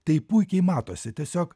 tai puikiai matosi tiesiog